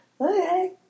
Okay